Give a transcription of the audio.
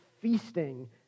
feasting